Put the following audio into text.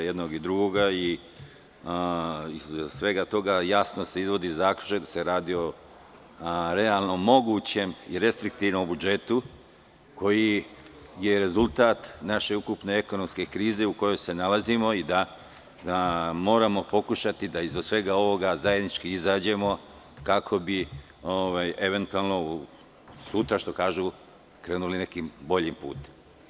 Iz svega toga jasno se izvodi zaključak da se radi o realno mogućem i restriktivnom budžetu koji je rezultat naše ukupne ekonomske krize u kojoj se nalazimo i da moramo pokušati da iza svega ovoga zajednički izađemo, kako bi eventualno sutra, što kažu, krenuli nekim boljim putem.